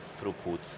throughput